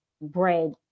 bread